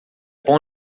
bom